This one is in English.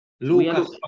Lucas